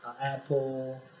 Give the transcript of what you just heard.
apple